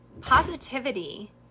positivity